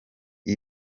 bya